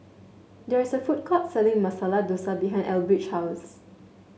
there is a food court selling Masala Dosa behind Elbridge's house